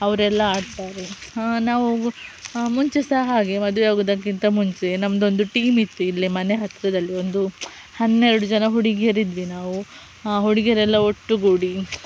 ಅವರೆಲ್ಲ ಆಡ್ತಾರೆ ನಾವು ಮುಂಚೆ ಸಹ ಹಾಗೆ ಮದುವೆ ಹೋಗುವುದಕ್ಕಿಂತ ಮುಂಚೆ ನಮ್ಮದೊಂದು ಟೀಮ್ ಇತ್ತು ಇಲ್ಲೇ ಮನೆ ಹತ್ತಿರದಲ್ಲಿ ಒಂದು ಹನ್ನೆರ್ಡು ಜನ ಹುಡಿಗೀರಿದ್ವಿ ನಾವು ಹುಡುಗಿಯರೆಲ್ಲ ಒಟ್ಟುಗೂಡಿ